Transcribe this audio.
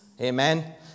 Amen